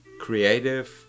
creative